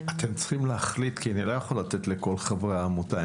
אתם צריכים להחליט כי אני לא יכול לתת לכול חברי העמותה,